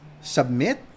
Submit